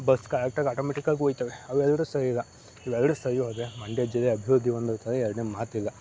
bus ಕರೆಕ್ಟಾಗಿ ಆಟೋಮೆಟಿಕ್ಕಾಗಿ ಹೋಗುತ್ವೆ ಅವೆರಡು ಸರಿಯಿಲ್ಲ ಇವೆರಡು ಸರಿ ಹೋದರೆ ಮಂಡ್ಯ ಜಿಲ್ಲೆ ಅಭಿವೃದ್ಧಿ ಹೊಂದುತ್ತದೆ ಎರಡನೇ ಮಾತಿಲ್ಲ